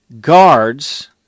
guards